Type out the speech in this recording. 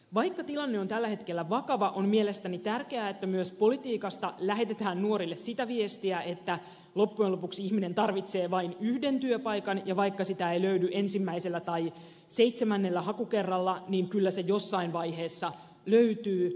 vaikka tilanne on tällä hetkellä vakava on mielestäni tärkeää että myös politiikasta lähetetään nuorille sitä viestiä että loppujen lopuksi ihminen tarvitsee vain yhden työpaikan ja vaikka sitä ei löydy ensimmäisellä tai seitsemännellä hakukerralla niin kyllä se jossain vaiheessa löytyy